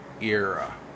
era